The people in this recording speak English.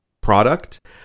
product